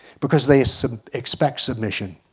because they so expect submission.